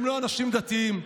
הם לא אנשים דתיים,